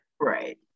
right